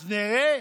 אז נראה